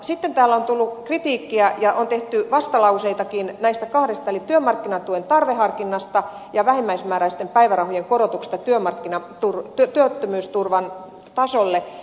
sitten täällä on tullut kritiikkiä ja on tehty vastalauseitakin näistä kahdesta eli työmarkkinatuen tarveharkinnasta ja vähimmäismääräisten päivärahojen korotuksesta työttömyysturvan tasolle